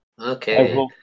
Okay